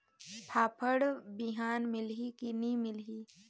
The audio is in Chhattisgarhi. फाफण बिहान मिलही की नी मिलही?